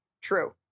True